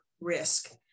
risk